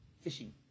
fishing